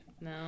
No